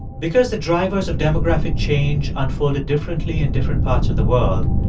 because the drivers of demographic change unfolded differently in different parts of the world,